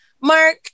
Mark